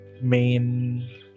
main